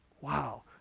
Wow